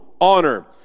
honor